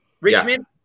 Richmond